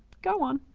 go on!